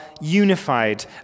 unified